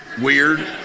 weird